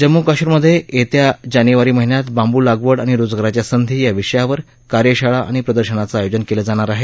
जम्मू कश्मिरमधे येत्या जानेवारी महिन्यात बांबू लागवड आणि रोजगाराच्या संधी या विषयावर कार्यशाळा आणि प्रदर्शनाचं आयोजन केलं जाणार आहे